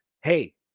Hey